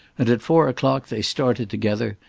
and at four o'clock they started together,